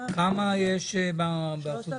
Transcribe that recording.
כמה יש באחוזים?